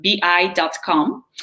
bi.com